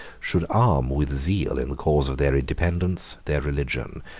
should arm with zeal in the cause of their independence, their religion,